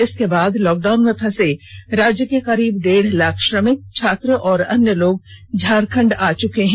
इसके बाद लॉकडाउन में फंसे राज्य के करीब डेढ़ लाख श्रमिक छात्र व अन्य लोग झारखण्ड आ चूके हैं